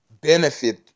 benefit